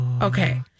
Okay